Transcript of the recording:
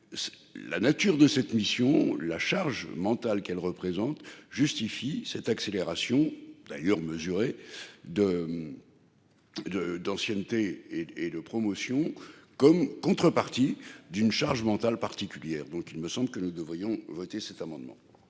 La nature de cette mission, la charge mentale qu'elle représente justifie cette accélération d'ailleurs mesuré. De. De d'ancienneté et de promotion comme contrepartie d'une charge mentale particulière donc il me semble que nous devrions voter cet amendement.